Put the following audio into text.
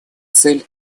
цель